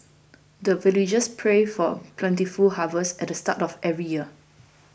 the villagers pray for plentiful harvest at the start of every year